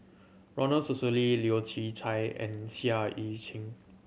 Ronald Susilo Leu Yew Chye and Seah Eu Chin